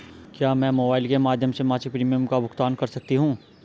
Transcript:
क्या मैं मोबाइल के माध्यम से मासिक प्रिमियम का भुगतान कर सकती हूँ?